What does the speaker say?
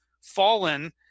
fallen